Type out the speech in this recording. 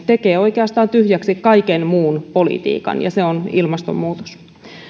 tekee oikeastaan tyhjäksi kaiken muun politiikan ja se on ilmastonmuutos